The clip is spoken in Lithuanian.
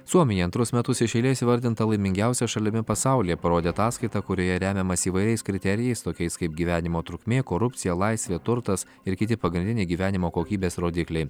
suomija antrus metus iš eilės įvardinta laimingiausia šalimi pasaulyje parodė ataskaita kurioje remiamasi įvairiais kriterijais tokiais kaip gyvenimo trukmė korupcija laisvė turtas ir kiti pagrindiniai gyvenimo kokybės rodikliai